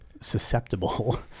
susceptible